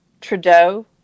Trudeau